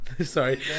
Sorry